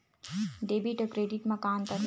Debit अउ credit म का अंतर हे?